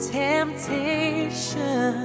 temptation